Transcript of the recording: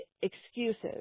excuses